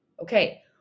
Okay